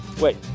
Wait